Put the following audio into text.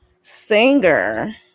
Singer